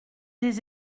les